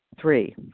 Three